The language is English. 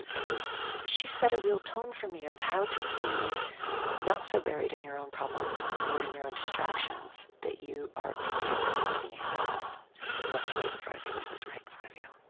and she set a real tone, for me, of how to be not so buried in your own problems or in your own distractions that you are incapable of seeing what's right in front of you and who's right in front of you